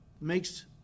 makes